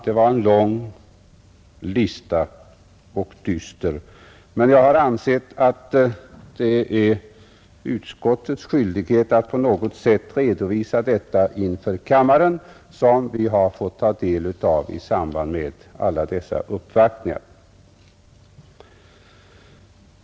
Det var en lång lista — och dyster — men jag har ansett att det är utskottets skyldighet att på något sätt inför kammaren redovisa det som vi har fått ta del av i samband med nämnde uppvaktningar.